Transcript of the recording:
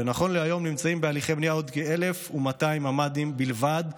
ונכון להיום נמצאים בהליכי בנייה עוד כ-1,200 ממ"דים בלבד,